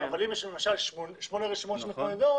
אבל אם יש למשל שמונה רשימות שמתמודדות